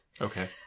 Okay